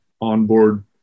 onboard